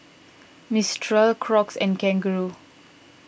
Mistral Crocs and Kangaroo